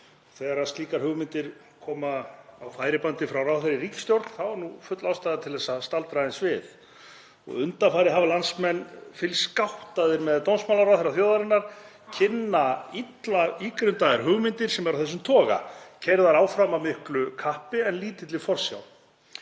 Þegar slíkar hugmyndir koma á færibandi frá ráðherra í ríkisstjórn er nú full ástæða til að staldra aðeins við. Undanfarið hafa landsmenn fylgst gáttaðir með dómsmálaráðherra þjóðarinnar kynna illa ígrundaðar hugmyndir sem eru af þessum toga, keyrðar áfram af miklu kappi en lítilli forsjá.